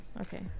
Okay